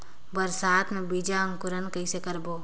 बरसात मे बीजा अंकुरण कइसे करबो?